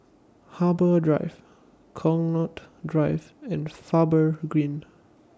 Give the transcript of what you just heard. Harbour Drive Connaught Drive and Faber Green